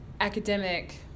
academic